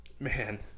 man